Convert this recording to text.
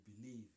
believe